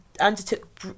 undertook